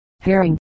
herring